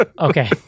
okay